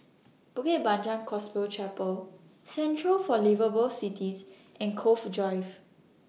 Bukit Panjang Gospel Chapel Centre For Liveable Cities and Cove Drive